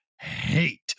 hate